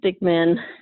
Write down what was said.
men